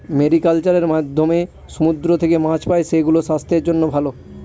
mariculture এর মাধ্যমে সমুদ্র থেকে মাছ পাই, সেগুলো স্বাস্থ্যের জন্য ভালো